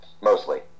mostly